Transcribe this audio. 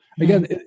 Again